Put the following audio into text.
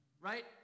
Right